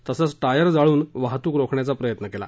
तसंच टायर जाळून वाहतूक रोखण्याचा प्रयत्न केला